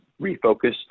refocus